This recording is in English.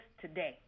today